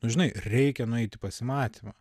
žinai reikia nueit į pasimatymą